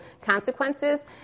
consequences